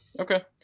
Okay